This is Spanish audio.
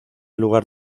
lugar